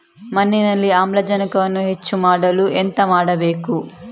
ಮಣ್ಣಿನಲ್ಲಿ ಆಮ್ಲಜನಕವನ್ನು ಹೆಚ್ಚು ಮಾಡಲು ಎಂತ ಮಾಡಬೇಕು?